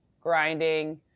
grinding